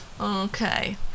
Okay